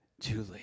Julie